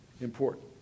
important